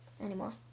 anymore